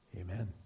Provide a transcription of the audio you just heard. Amen